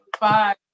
bye